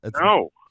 No